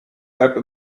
after